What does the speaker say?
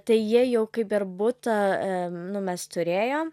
tai jie jau kaip ir butą e nu mes turėjom